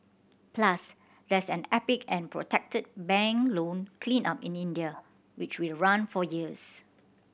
plus there's an epic and protracted bank loan cleanup in India which will run for years